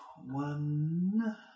One